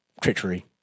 treachery